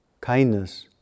kindness